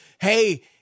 hey